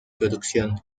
producción